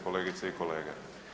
Kolegice i kolege.